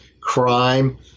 crime